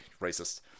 racist